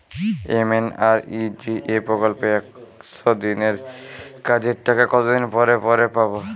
MNREGA প্রকল্পে একশ দিনের কাজের টাকা কতদিন পরে পরে পাব?